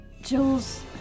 Jules